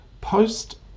Post